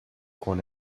con